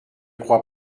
crois